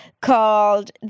called